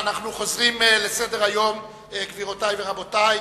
(מחיאות כפיים) גבירותי ורבותי,